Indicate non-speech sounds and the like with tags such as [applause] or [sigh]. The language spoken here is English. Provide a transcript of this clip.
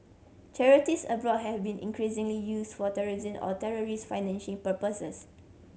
charities abroad have been increasingly use for [unintelligible] or terrorist financing purposes